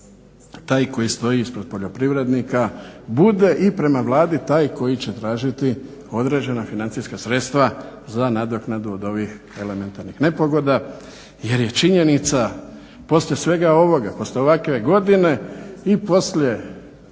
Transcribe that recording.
taj koji stoji ispred poljoprivrednika bude i prema Vladi taj koji će tražiti određena financijska sredstva za nadoknadu od ovih elementarnih nepogoda jer je činjenica poslije svega ovoga poslije ovakve godine i poslije